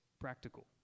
practical